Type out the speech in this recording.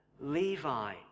Levi